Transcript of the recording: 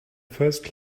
first